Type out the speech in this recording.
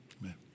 Amen